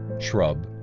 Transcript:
shrub,